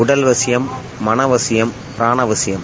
உடல் வசியம் மன வசியம் பிராண வசியம்